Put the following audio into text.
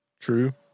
true